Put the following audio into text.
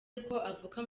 avuka